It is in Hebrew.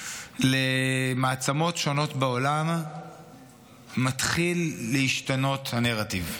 שלמעצמות שונות בעולם מתחיל להשתנות הנרטיב.